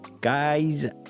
Guys